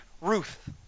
Ruth